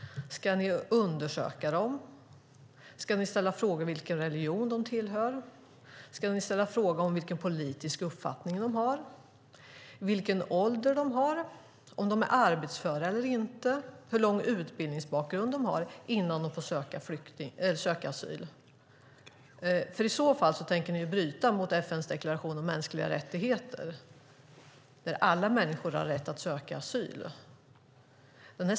Ska ni undersöka dem, ställa frågor om vilken religion de tillhör, vilken politisk uppfattning de har, hur gamla de är, om de är arbetsföra eller inte, hur lång utbildningsbakgrund de har innan de får söka asyl? I så fall tänker ni bryta mot FN:s deklaration om mänskliga rättigheter, enligt vilken alla människor har rätt att söka asyl.